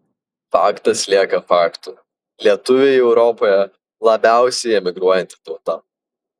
faktas lieka faktu lietuviai europoje labiausiai emigruojanti tauta